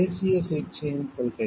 தேசிய சிகிச்சையின் கொள்கை